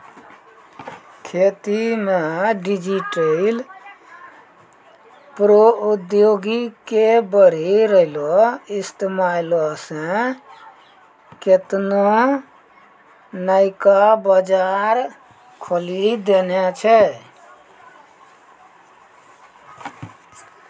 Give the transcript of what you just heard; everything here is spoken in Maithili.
खेती मे डिजिटल प्रौद्योगिकी के बढ़ि रहलो इस्तेमालो से केतना नयका बजार खोलि देने छै